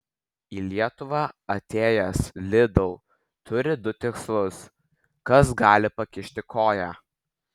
į lietuvą atėjęs lidl turi du tikslus kas gali pakišti koją